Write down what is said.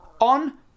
on